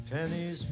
Pennies